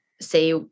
say